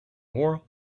more